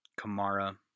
Kamara